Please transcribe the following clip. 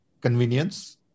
convenience